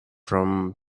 from